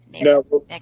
No